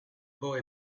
boy